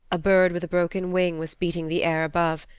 a bird with a broken wing was beating the air above,